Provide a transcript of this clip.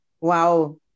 wow